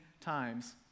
times